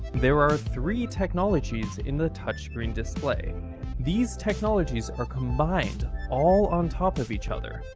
there are three technologies in the touchscreen display these technologies are combined all on top of each other.